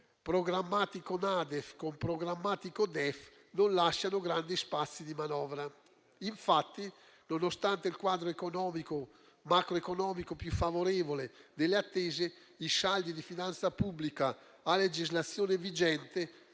programmatico NADEF con programmatico DEF non lasciano grandi spazi di manovra. Infatti, nonostante il quadro macroeconomico più favorevole delle attese, i saldi di finanza pubblica a legislazione vigente